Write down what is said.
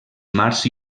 mars